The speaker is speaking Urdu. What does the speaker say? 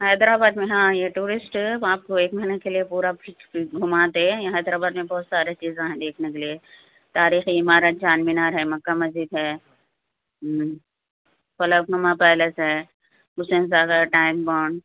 حیدر آباد میں ہاں یہ ٹوریسٹ ہے آپ کو ایک مہینہ کے لیے پورا فکس گھماتے ہے یہاں حیدر آباد میں بہت سارے چیزیں ہیں دیکھنے کے لیے تاریخی عمارت چار مینار ہے مکّہ مسجد ہے فلک نما پیلس ہے حسین زادہ ٹائم بونڈ